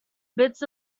bits